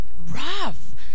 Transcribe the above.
rough